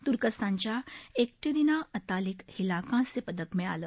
तुर्कस्थानच्या Ekaterina Atalik हिला कांस्यपदक मिळालं